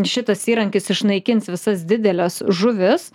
šitas įrankis išnaikins visas dideles žuvis